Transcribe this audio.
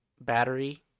battery